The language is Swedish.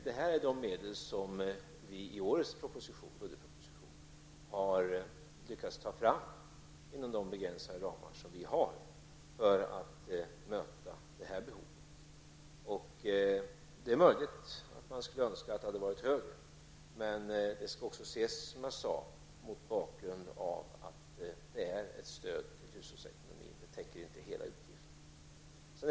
Detta är de medel som vi i årets budgetproposition har lyckats ta fram inom de begränsade ramar som vi har för att möta de här behoven. Det är möjligt att man skulle önska att de hade varit högre, men det skall också ses mot bakgrund av att det är ett stöd till hushållens ekonomi. Det täcker inte hela utgiften.